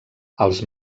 els